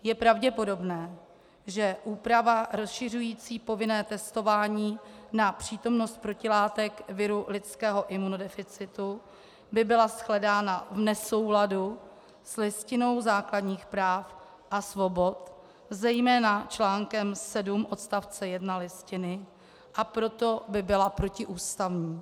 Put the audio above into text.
Je pravděpodobné, že úprava rozšiřující povinné testování na přítomnost protilátek viru lidského imunodeficitu by byla shledána v nesouladu s Listinou základních práv a svobod, zejména článkem 7 odst. 1 Listiny, a proto by byla protiústavní.